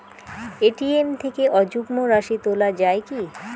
ATM থেকে অযুগ্ম রাশি তোলা য়ায় কি?